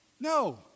No